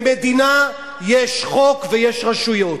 במדינה יש חוק ויש רשויות.